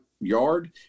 yard